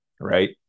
right